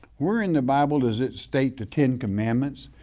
where in the bible does it state the ten commandments?